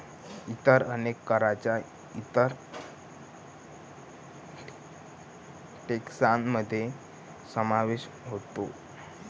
इतर अनेक करांचा इतर टेक्सान मध्ये समावेश होतो